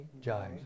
jai